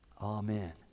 Amen